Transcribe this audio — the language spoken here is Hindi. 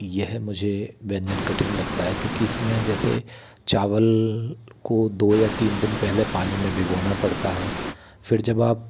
यह मुझे व्यंजन कठिन लगता है क्योंकि इसमें जैसे चावल को दो या तीन दिन पहले पानी में भिगोना पड़ता है फिर जब आप